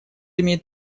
имеет